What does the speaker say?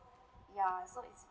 ya so is